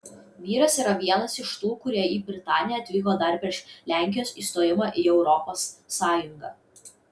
vyras yra vienas iš tų kurie į britaniją atvyko dar prieš lenkijos įstojimą į europos sąjungą